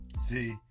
See